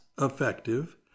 effective